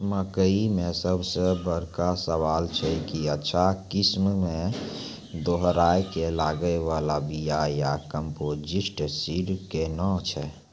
मकई मे सबसे बड़का सवाल छैय कि अच्छा किस्म के दोहराय के लागे वाला बिया या कम्पोजिट सीड कैहनो छैय?